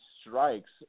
strikes